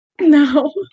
No